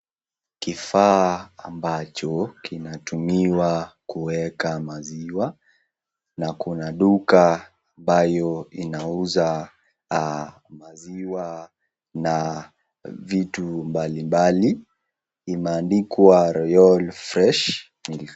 Kifaa ambacho kinatumiwa kuweka maziwa na kuna duka ambayo inauza maziwa na vitu mbalimbali imeandikwa Royal Fresh Milk.